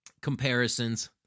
comparisons